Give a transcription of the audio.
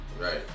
right